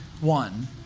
one